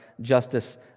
justice